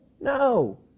No